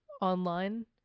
Online